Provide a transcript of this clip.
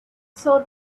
saw